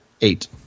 eight